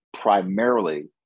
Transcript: primarily